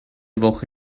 woche